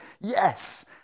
yes